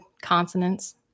consonants